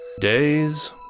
Days